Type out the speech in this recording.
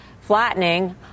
flattening